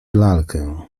lalkę